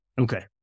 Okay